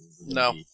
No